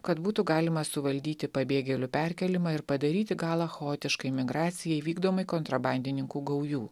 kad būtų galima suvaldyti pabėgėlių perkėlimą ir padaryti galą chaotiškai migracijai vykdomai kontrabandininkų gaujų